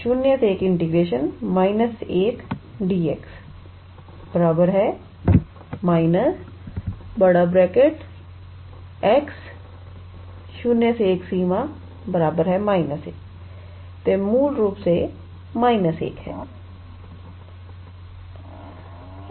तो यह मूल रूप से −1 है